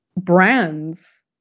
brands